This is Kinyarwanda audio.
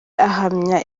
ahamya